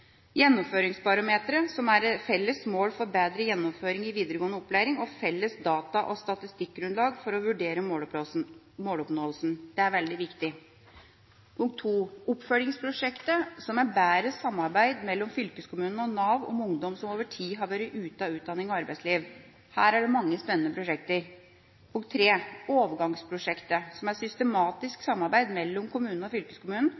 som er felles mål for bedre gjennomføring i videregående opplæring og felles data- og statistikkgrunnlag for å vurdere måloppnåelsen. Det er veldig viktig. Oppfølgingsprosjektet, som er bedre samarbeid mellom fylkeskommunen og Nav om ungdom som over tid har vært ute av utdanning og arbeidsliv. Her er det mange spennende prosjekter. Overgangsprosjektet, som er systematisk samarbeid mellom kommunene og